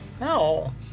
No